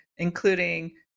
Including